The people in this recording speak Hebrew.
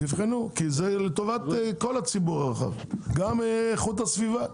תבחנו כי זה לטובת הציבור הרחב, גם איכות הסביבה.